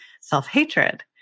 self-hatred